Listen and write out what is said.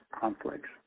conflicts